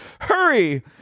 Hurry